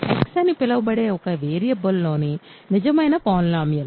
X అని పిలువబడే ఒక వేరియబుల్లోని నిజమైన పాలినోమియల్